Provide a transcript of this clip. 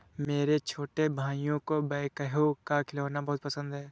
मेरे छोटे भाइयों को बैकहो का खिलौना बहुत पसंद है